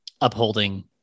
upholding